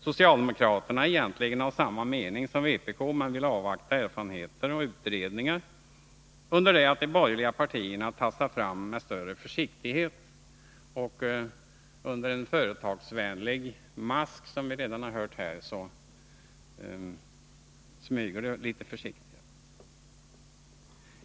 Socialdemokraterna är egentligen av samma mening som vpk men vill avvakta erfarenheter och utredningar, under det att de borgerliga partierna tassar fram med större försiktighet. Under en företagsvänlig mask smyger de litet försiktigt — det har ju framgått av vad som sagts här i debatten.